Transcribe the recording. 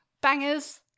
bangers